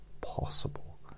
possible